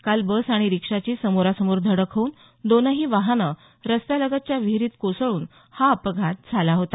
काल बस आणि रिक्षाची समोरासमोर धडक होऊन दोन्ही वाहनं रस्त्यालगतच्या विहिरीत कोसळून हा अपघात झाला होता